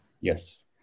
yes